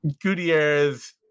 Gutierrez